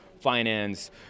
finance